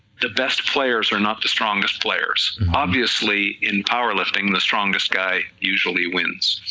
the best players are not the strongest players, obviously in powerlifting the strongest guy usually wins,